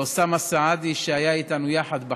לאוסאמה סעדי, שהיה איתנו יחד בחוק,